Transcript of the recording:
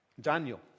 Daniel